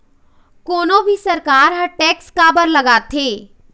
कोनो भी सरकार ह टेक्स काबर लगाथे?